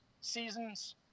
seasons